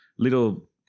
little